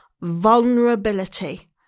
vulnerability